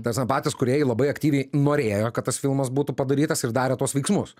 ta prasme patys kūrėjai labai aktyviai norėjo kad tas filmas būtų padarytas ir darė tuos veiksmus